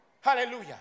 Hallelujah